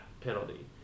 penalty